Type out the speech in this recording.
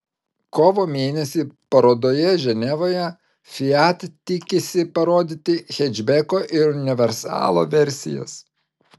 kovo mėnesį parodoje ženevoje fiat tikisi parodyti hečbeko ir universalo versijas